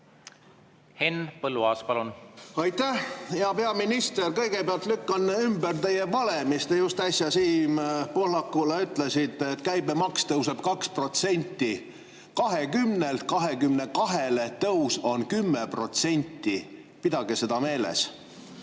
Henn Põlluaas, palun! Aitäh! Hea peaminister! Kõigepealt lükkan ümber teie vale, mis te just äsja Siim Pohlakule ütlesite, et käibemaks tõuseb 2%. Tõus 20‑lt 22‑le on 10%, pidage seda meeles. Ja